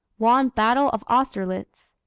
won battle of austerlitz.